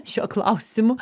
šiuo klausimu